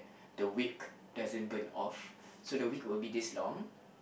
the wake doesn't burn off so the wake will be this long